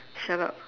shut up